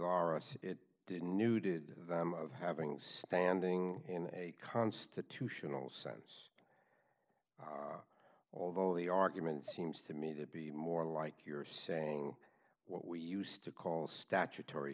our us it didn't new did them of having standing in a constitutional sense although the argument seems to me to be more like you're saying what we used to call a statutory